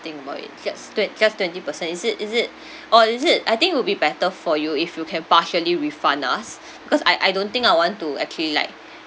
think about it just twen~ just twenty percent is it is it or is it I think it would be better for you if you can partially refund us because I I don't think I want to actually like